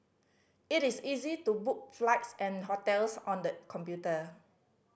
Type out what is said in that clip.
it is easy to book flights and hotels on the computer